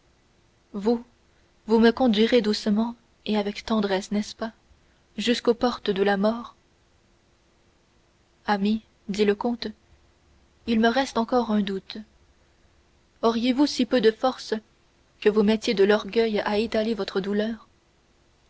vous vous me conduirez doucement et avec tendresse n'est-ce pas jusqu'aux portes de la mort ami dit le comte il me reste encore un doute auriez-vous si peu de force que vous mettiez de l'orgueil à étaler votre douleur